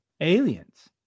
aliens